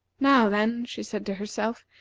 now, then, she said to herself,